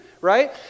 right